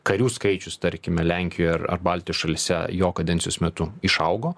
karių skaičius tarkime lenkijoj ar ar baltijos šalyse jo kadencijos metu išaugo